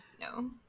No